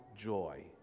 joy